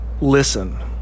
listen